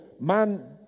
man